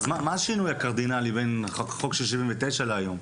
מהו השינוי הקרדינלי בין החוק של 1979 לבין היום?